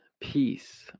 peace